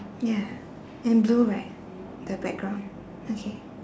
ya in blue right the background okay